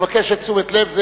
אני מבקש את תשומת הלב,